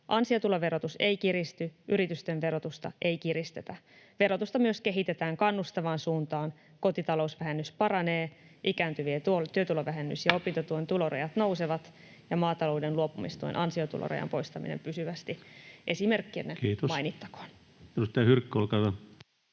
Ansiotuloverotus ei kiristy, yritysten verotusta ei kiristetä. Verotusta myös kehitetään kannustavaan suuntaan: kotitalousvähennys paranee, ikääntyvien työtulovähennys ja opintotuen tulorajat nousevat ja maatalouden luopumistuen ansiotuloraja poistetaan pysyvästi — nämä esimerkkeinä mainittakoon.